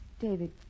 David